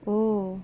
oh